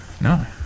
No